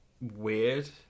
weird